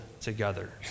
together